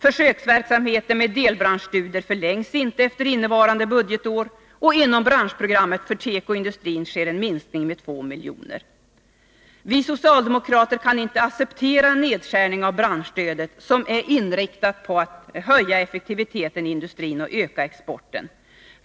Försöksverksamheten med delbranschstudier förlängs inte efter innevarande budgetår, och inom branschprogrammet för tekoindustrin sker en minskning med 2 milj.kr. Vi socialdemokrater kan inte acceptera en nedskärning av branschstödet, som ju är inriktat på att höja effektiviteten i industrin och öka exporten.